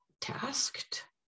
tasked